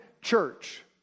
church